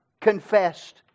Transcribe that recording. confessed